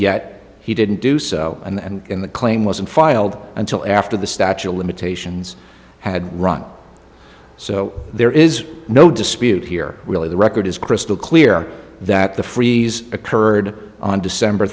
yet he didn't do so and in the claim wasn't filed until after the statue of limitations had run so there is no dispute here really the record is crystal clear that the freeze occurred on december